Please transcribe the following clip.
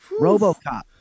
Robocop